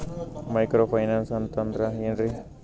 Micro finance ಅಂತಂದ್ರ ಏನ್ರೀ?